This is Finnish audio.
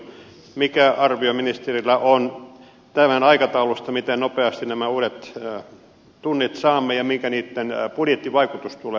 mikä arvio ministerillä on tämän aikataulusta miten nopeasti nämä uudet tunnit saamme ja mikä niitten budjettivaikutus tulee olemaan